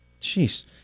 Jeez